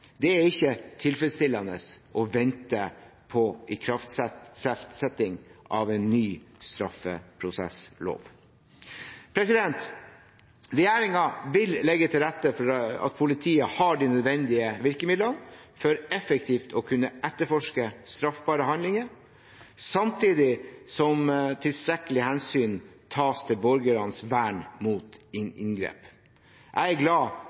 Det er ikke tilfredsstillende å vente på ikraftsetting av en ny straffeprosesslov. Regjeringen vil legge til rette for at politiet har de nødvendige virkemidlene for effektivt å kunne etterforske straffbare handlinger, samtidig som tilstrekkelige hensyn tas til borgernes vern mot inngrep. Jeg er glad